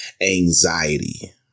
anxiety